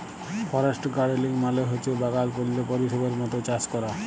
forest গাড়েলিং মালে হছে বাগাল বল্য পরিবেশের মত চাষ ক্যরা